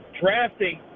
drafting